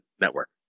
network